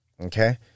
Okay